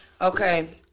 Okay